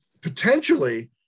potentially